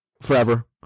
forever